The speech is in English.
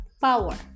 power